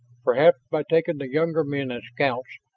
perhaps by taking the younger men as scouts,